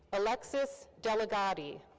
alexis delligatti.